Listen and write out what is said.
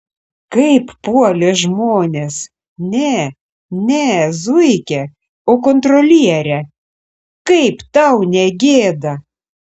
kaip puolė žmonės ne ne zuikę o kontrolierę kaip tau negėda